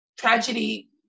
tragedy